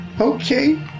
Okay